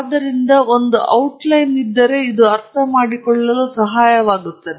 ಆದ್ದರಿಂದ ಒಂದು ಔಟ್ಲೈನ್ ಇದು ಅರ್ಥಮಾಡಿಕೊಳ್ಳಲು ಸಹಾಯ ಮಾಡುತ್ತದೆ